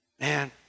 Man